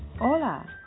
hola